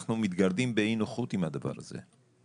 אנחנו מתגרדים באי נוחות עם הדבר הזה.